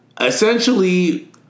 essentially